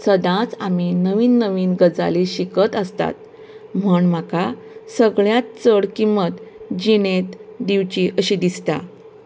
सदांच आमी नवीन नवीन गजाली शिकत आसतात म्हण म्हाका सगळ्यांत चड किंमत जिणेंत दिवची अशी दिसता